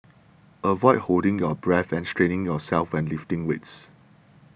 avoid holding your breath and straining yourself when lifting weights